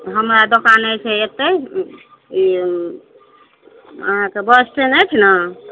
हमरा दोकान अछि हे एतय ई अहाँक बस स्टैण्ड अछि न